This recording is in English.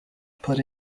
put